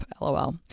lol